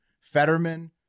fetterman